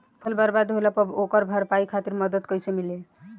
फसल बर्बाद होला पर ओकर भरपाई खातिर मदद कइसे मिली?